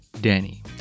Danny